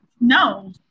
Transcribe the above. no